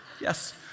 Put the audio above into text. Yes